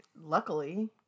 Luckily